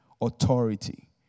authority